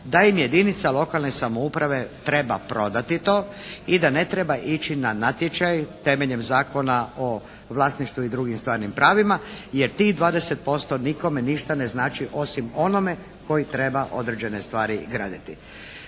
da im jedinica lokalne samouprave treba prodati to i da ne treba ići na natječaj temeljem zakona o vlasništvu i drugim stvarnim pravima, jer tih 20% nikome ništa ne znači osim onome koji treba određene stvari i graditi.